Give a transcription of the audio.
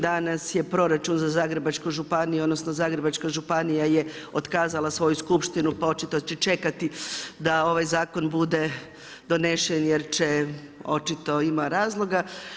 Danas je proračun za Zagrebačku županiju, odnosno Zagrebačka županija je otkazala svoju skupštinu pa očito će čekati da ovaj zakon bude donesen jer će očito ima razloga.